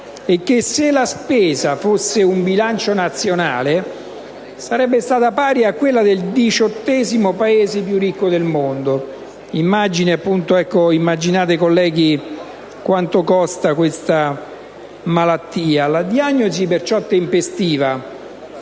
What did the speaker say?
e che, se la spesa fosse un bilancio nazionale, sarebbe stata pari a quella del diciottesimo Paese più ricco del mondo. Immaginate, colleghi, quanto costa questa malattia. La diagnosi tempestiva